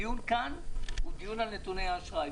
הדיון כאן הוא דיון על נתוני האשראי.